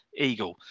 eagle